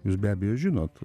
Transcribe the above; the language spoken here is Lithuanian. jūs be abejo žinot